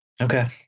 Okay